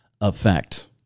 effect